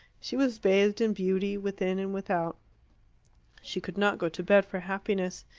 she was bathed in beauty within and without she could not go to bed for happiness.